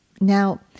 Now